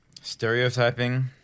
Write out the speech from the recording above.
stereotyping